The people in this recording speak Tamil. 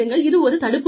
இது ஒரு தடுப்பு ஆகும்